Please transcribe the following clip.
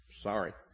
Sorry